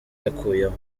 yakuyemo